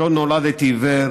"לא נולדתי עיוור,